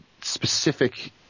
specific